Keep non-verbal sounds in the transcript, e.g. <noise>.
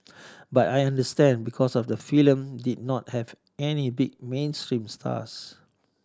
<noise> but I understand because of the film did not have any big mainstream stars